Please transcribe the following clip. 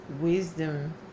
wisdom